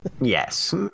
yes